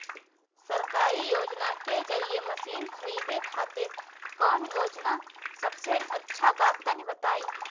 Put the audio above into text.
सरकारी योजना के जरिए मशीन खरीदे खातिर कौन योजना सबसे अच्छा बा तनि बताई?